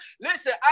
Listen